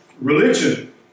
religion